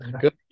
Good